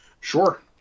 sure